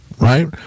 right